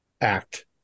act